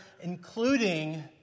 including